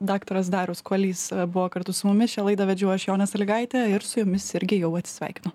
daktaras darius kuolys buvo kartu su mumis šią laidą vedžiau aš jonė salygaitė ir su jumis irgi jau atsisveikinu